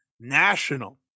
national